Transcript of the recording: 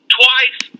twice